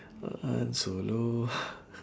bengawan solo